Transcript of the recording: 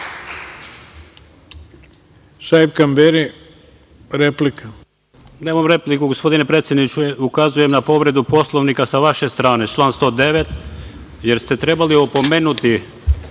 **Šaip Kamberi** Nemam repliku gospodine predsedniče. Ukazujem na povredu Poslovnika sa vaše strane, član 109, jer ste trebali opomenuti